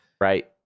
Right